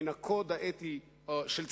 מן הקוד האתי של צה"ל,